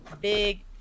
big